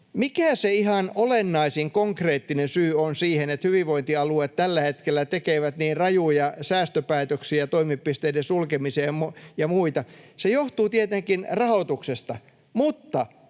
mikä se ihan olennaisin konkreettinen syy on siinä, että hyvinvointialueet tällä hetkellä tekevät niin rajuja säästöpäätöksiä, toimipisteiden sulkemisia ja muita. Se johtuu tietenkin rahoituksesta. Mutta